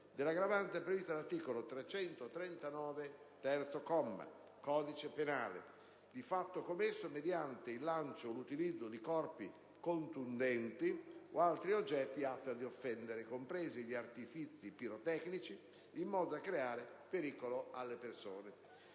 dell'aggravante prevista dall'articolo 339, terzo comma, del codice penale, di fatto commesso «mediante il lancio o l'utilizzo di corpi contundenti o altri oggetti atti ad offendere, compresi gli artifici pirotecnici, in modo da creare pericolo alle persone».